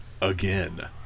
Again